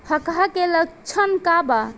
डकहा के लक्षण का वा?